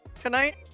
tonight